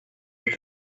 with